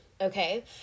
okay